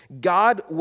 God